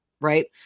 Right